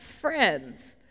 friends